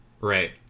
right